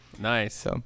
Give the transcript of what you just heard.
Nice